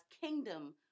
kingdom